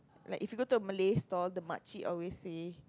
like if you go to a Malay store the makcik always say